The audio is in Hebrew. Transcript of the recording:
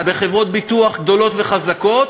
בחברות ביטוח גדולות וחזקות,